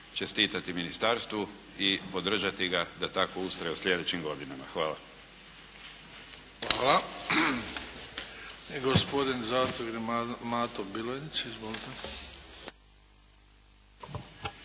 čestitati ministarstvu i podržati ga da tako ustraje u sljedećim godinama. Hvala.